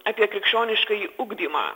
apie krikščioniškąjį ugdymą